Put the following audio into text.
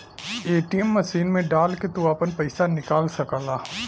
ATM machine मे डाल के तू आपन पइसा निकाल सकला